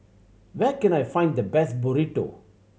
where can I find the best Burrito